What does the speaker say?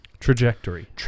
Trajectory